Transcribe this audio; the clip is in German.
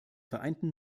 vereinten